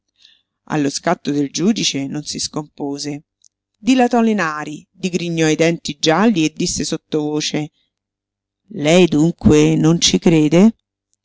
allo scatto del giudice non si scompose dilatò le nari digrignò i denti gialli e disse sottovoce lei dunque non ci crede